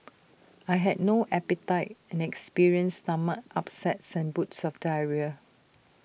I had no appetite experienced stomach upsets and bouts of diarrhoea